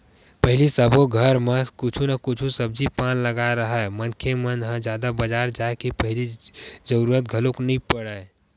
पहिली सबे घर म कुछु न कुछु सब्जी पान लगाए राहय मनखे मन ह जादा बजार जाय के पहिली जरुरत घलोक नइ पड़य